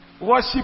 Worship